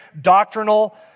doctrinal